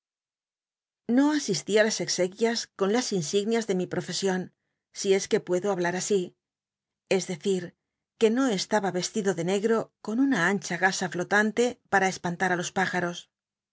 no asistí i las exequias con las insignias de mi profesion si es que puedo hablar así es decir que no estaba c tido de negro con una ancha gasa flotante para espant tl los püj